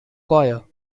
choir